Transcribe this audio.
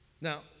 Now